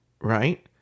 right